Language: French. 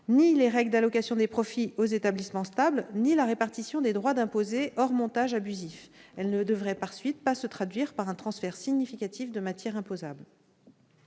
ni les règles d'allocation des profits aux établissements stables ni la répartition des droits d'imposer hors montages abusifs. De ce fait, elle ne devrait pas se traduire par un transfert significatif de matière imposable.